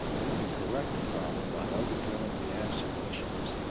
you can correct the problem by overdrilling the axle bushings.